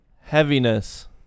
heaviness